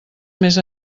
més